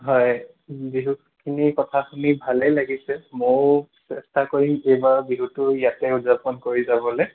হয় বিহুখিনি কথা শুনি ভালেই লাগিছে মইও চেষ্টা কৰিম এইবাৰ বিহুটো ইয়াতে উদযাপন কৰি যাবলৈ